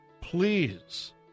Please